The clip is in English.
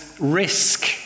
risk